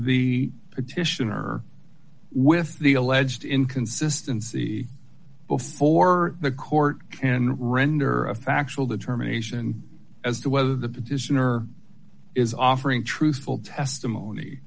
the petitioner with the alleged inconsistency before the court can render a factual determination as to whether the petitioner is offering truthful testimony